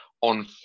on